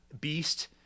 beast